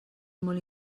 molt